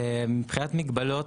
מבחינת מגבלות,